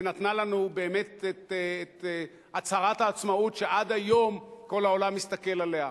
שנתנה לנו באמת את הצהרת העצמאות שעד היום כל העולם מסתכל עליה.